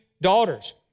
daughters